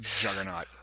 juggernaut